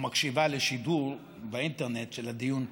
מקשיבה לשידור באינטרנט של הדיון פה,